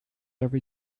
every